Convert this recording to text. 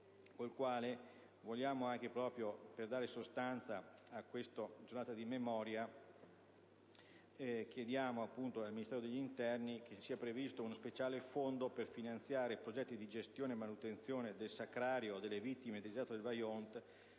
con il quale, proprio per dare sostanza a questa Giornata di memoria, chiediamo che presso il Ministero dell'interno sia previsto uno speciale Fondo per finanziare progetti di gestione e manutenzione del sacrario delle vittime del disastro del Vajont